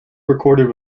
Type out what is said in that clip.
recorded